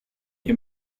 ihr